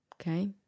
Okay